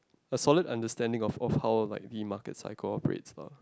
a solid understanding of of how like the market cycle operates lah